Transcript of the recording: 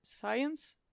science